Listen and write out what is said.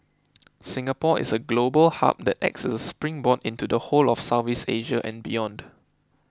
Singapore is a global hub that acts as a springboard into the whole of Southeast Asia and beyond